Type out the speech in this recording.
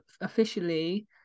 officially